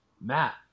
Matt